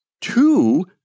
two